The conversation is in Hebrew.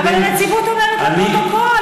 אבל הנציבות אומרת לפרוטוקול.